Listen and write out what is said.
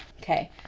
Okay